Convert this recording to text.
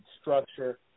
structure